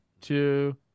two